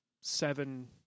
seven